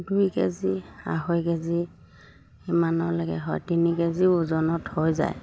দুই কেজি আঢ়ৈ কেজি সিমানৰলৈকে হয় তিনি কেজিও ওজনত হৈ যায়